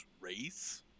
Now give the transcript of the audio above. race